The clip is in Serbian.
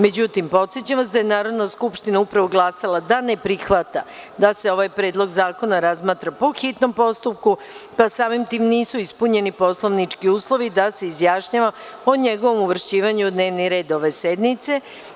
Međutim, podsećam vas da je Narodna skupština upravo glasala da ne prihvata da se ovaj predlog zakona razmotri po hitnom postupku, pa samim tim nisu ispunjeni poslovnički uslovi da se izjašnjava o njegovom uvršćivanju u dnevni red ove sednice.